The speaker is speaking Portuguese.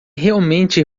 realmente